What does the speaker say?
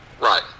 Right